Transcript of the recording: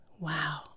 wow